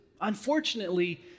Unfortunately